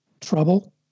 trouble